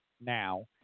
now